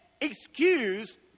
excuse